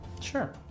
Sure